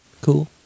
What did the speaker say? Cool